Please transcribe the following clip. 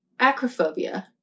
Acrophobia